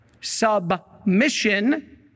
submission